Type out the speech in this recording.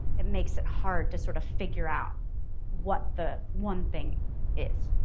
it makes it hard to sort of figure out what the one thing is.